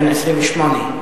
בן 28,